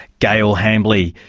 gail hambly,